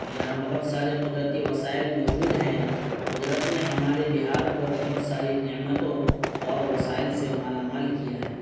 یہاں بہت سارے قدرتی وسائل موجود ہیں قدرت نے ہمارے بہار کو بہت ساری نعمتوں اور وسائل سے مالا مال کیا ہے